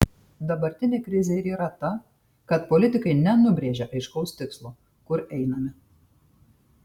dabartinė krizė ir yra ta kad politikai nenubrėžia aiškaus tikslo kur einame